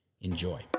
Enjoy